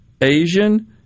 Asian